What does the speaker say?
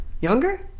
younger